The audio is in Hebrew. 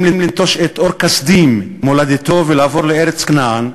לנטוש את אור-כשדים מולדתו ולעבור לארץ כנען,